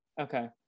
okay